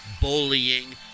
bullying